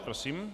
Prosím.